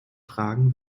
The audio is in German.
tragen